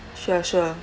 sure sure